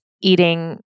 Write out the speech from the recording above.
eating